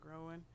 growing